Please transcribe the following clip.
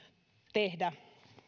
tehdä